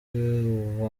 ubuki